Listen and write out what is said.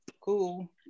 cool